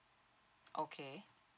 okay